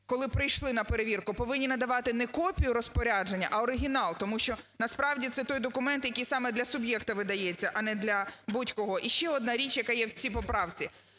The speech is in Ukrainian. коли прийшли на перевірку, повинні надавати не копію розпорядження, а оригінал, тому що, насправді, це той документ, який саме для суб'єкта видається, а не для будь-кого. І ще одна річ, яка є в цій поправці.